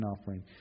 offering